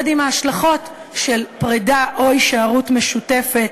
עם ההשלכות של פרידה או הישארות משותפת.